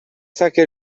saque